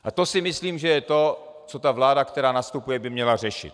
A to si myslím, že je to, co ta vláda, která nastupuje, by měla řešit.